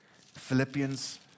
Philippians